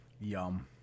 Yum